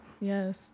yes